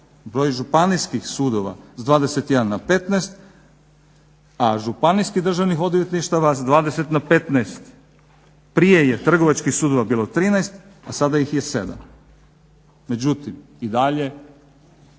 Broj Županijskih sudova sa 21 na 15, a Županijskih državnih odvjetništava sa 20 na 15. Prije je Trgovačkih sudova bilo 13, a sada ih je 7. Međutim, i dalje